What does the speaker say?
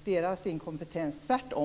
för inkompetens - tvärtom.